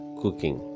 cooking